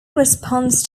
response